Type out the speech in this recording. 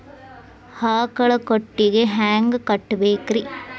ಆಕಳ ಕೊಟ್ಟಿಗಿ ಹ್ಯಾಂಗ್ ಕಟ್ಟಬೇಕ್ರಿ?